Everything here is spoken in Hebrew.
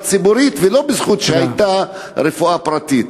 ציבורית ולא בזכות זה שהייתה רפואה פרטית.